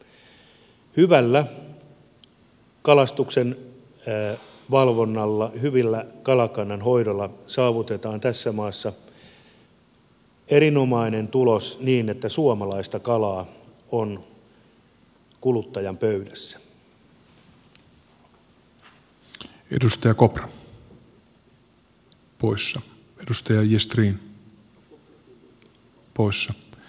hyvällä kalastuksen valvonnalla hyvällä kalakannan hoidolla saavutetaan tässä maassa erinomainen tulos niin että suomalaista kalaa on kuluttajan pöydässä